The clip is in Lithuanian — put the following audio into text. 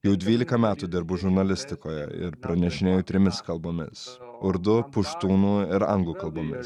jau dvylika metų dirbu žurnalistikoje ir pranešinėju trimis kalbomis urdu puštūnų ir anglų kalbomis